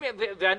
אני